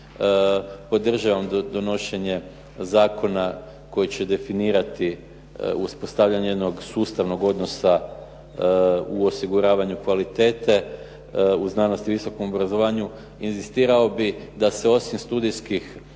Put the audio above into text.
Podržavam donošenje zakona koji će definirati uspostavljanje jednog sustavnog odnosa u osiguravanju kvalitete u znanosti i visokom obrazovanju. Inzistirao bih da se osim studijskih